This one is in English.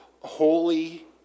holy